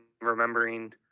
remembering